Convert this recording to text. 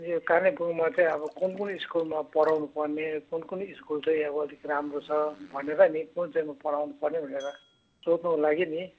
यो कालेबुङमा चाहिँ अब कुन कुन स्कुलमा पढाउनु पर्ने कुन कुन स्कुल चाहिँ अब अलिक राम्रो छ भनेर नि कुन चाहिँमा पढाउनु पर्ने भनेर सोध्नुको लागि नि